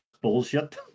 bullshit